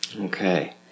Okay